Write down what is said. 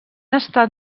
estat